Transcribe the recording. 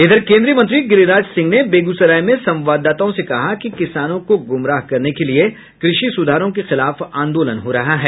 इधर केन्द्रीय मंत्री गिरिराज सिंह ने बेगूसराय में संवाददाताओं से कहा कि किसानों को गुमराह करने के लिए कृषि सुधारों के खिलाफ आंदोलन हो रहा है